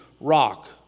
rock